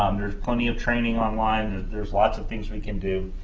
um there's plenty of training online, and there's lots of things we can do.